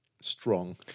strong